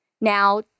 Now